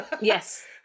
Yes